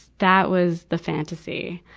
that was the fantasy.